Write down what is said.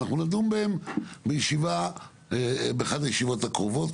אנחנו נדון בהן באחת הישיבות הקרובות,